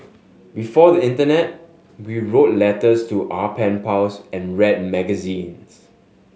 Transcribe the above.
before the Internet we wrote letters to our pen pals and read magazines